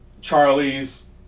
Charlie's